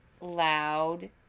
loud